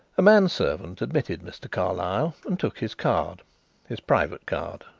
a man-servant admitted mr. carlyle and took his card his private card,